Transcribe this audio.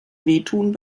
wehtun